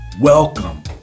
Welcome